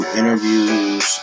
interviews